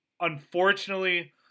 Unfortunately